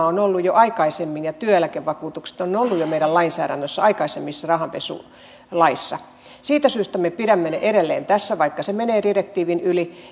ovat olleet jo aikaisemmin vahinkovakuutukset ja työeläkevakuutukset meidän lainsäädännössä aikaisemmissa rahanpesulaeissa siitä syystä me pidämme ne edelleen tässä vaikka se menee direktiivin yli